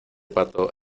pato